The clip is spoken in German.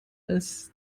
als